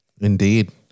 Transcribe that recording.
Indeed